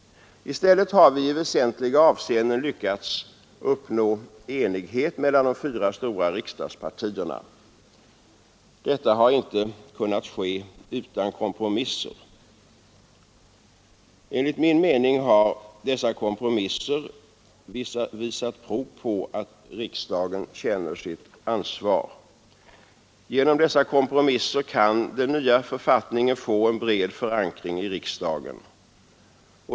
I stället har vi i väsentliga avseenden lyckats uppnå enighet mellan de fyra stora riksdagspartierna. Detta har inte kunnat ske utan kompromisser. Enligt min mening har dessa kompromisser visat prov på att riksdagen känner sitt ansvar. Genom dessa kompromisser kan den nya författningen få en bred förankring i riksdagen.